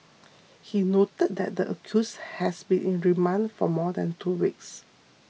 he noted that the accuse has been in remand for more than two weeks